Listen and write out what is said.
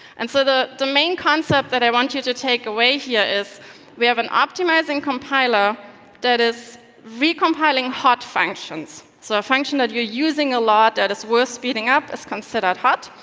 and so the the main concept i want you to take away here is we have an optimising compiler that is recompiling hot functions, so a function that you're using a lot that is worth speeding up is considered hot,